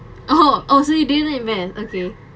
!oho! oh so you didn't invest okay